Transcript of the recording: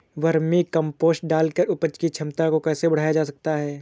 Vermi compost डालकर उपज की क्षमता को कैसे बढ़ाया जा सकता है?